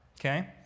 okay